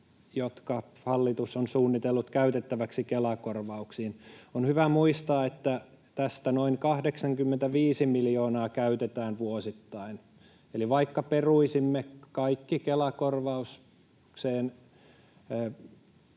jotka hallitus on suunnitellut käytettäväksi Kela-korvauksiin. On hyvä muistaa, että tästä noin 85 miljoonaa käytetään vuosittain, eli vaikka peruisimme kaikki Kela-korvaukseen